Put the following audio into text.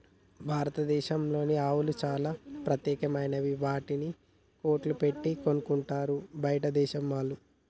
భారతదేశం ఆవులు చాలా ప్రత్యేకమైనవి వాటిని కోట్లు పెట్టి కొనుక్కుంటారు బయటదేశం వాళ్ళు